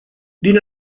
din